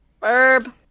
verb